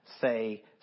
say